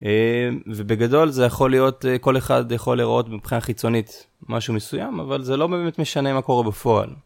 ובגדול זה יכול להיות כל אחד יכול לראות מבחינה חיצונית משהו מסוים אבל זה לא באמת משנה מה קורה בפועל.